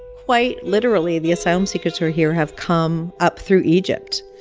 quite literally the asylum seekers who are here have come up through egypt,